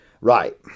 Right